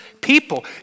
people